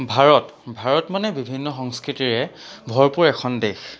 ভাৰত ভাৰত মানে বিভিন্ন সংস্কৃতিৰে ভৰপূৰ এখন দেশ